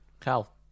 Cal